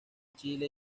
chile